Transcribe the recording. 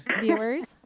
viewers